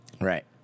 right